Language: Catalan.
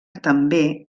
també